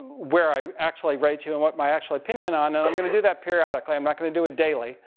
where i actually rate you, and what my actual opinion on them. i'm going to do that periodically, i'm not going to do it daily.